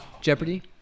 Jeopardy